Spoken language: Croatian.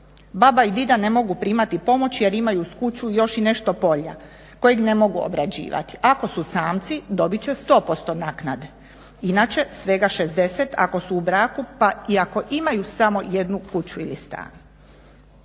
Baba i dida ne mogu primati pomoć jer imaju uz kuću još i nešto polja kojeg ne mogu obrađivati. Ako su samci dobit će 100% naknade, inače svega 60 ako su u braku pa i ako imaju samo jednu kuću ili stan.